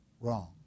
wrong